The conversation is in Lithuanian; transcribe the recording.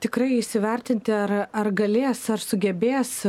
tikrai įsivertinti ar ar galės ar sugebės